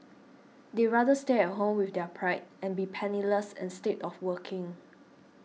they rather stay at home with their pride and be penniless instead of working